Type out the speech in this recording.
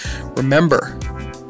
Remember